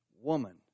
woman